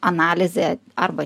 analizė arba